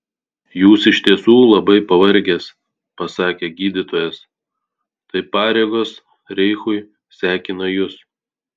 jūs iš tiesų labai pavargęs pasakė gydytojas tai pareigos reichui sekina jus